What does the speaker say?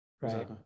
right